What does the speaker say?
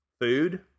food